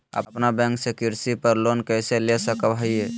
अपना बैंक से कृषि पर लोन कैसे ले सकअ हियई?